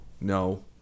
no